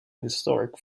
historic